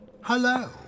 Hello